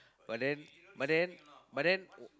but then but then but then